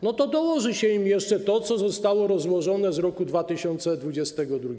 No to dołoży się im jeszcze to, co zostało rozłożone z roku 2022.